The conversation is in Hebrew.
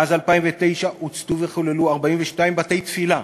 מאז 2009 הוצתו וחוללו 42 בתי-תפילה.